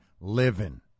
living